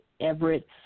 Everett